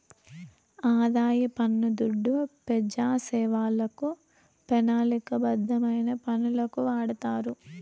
ఆదాయ పన్ను దుడ్డు పెజాసేవలకు, పెనాలిక బద్ధమైన పనులకు వాడతారు